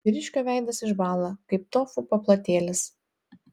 vyriškio veidas išbąla kaip tofu paplotėlis